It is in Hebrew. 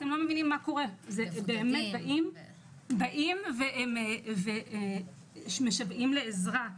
הם באים והם משוועים לעזרה.